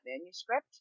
manuscript